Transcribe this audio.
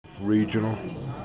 regional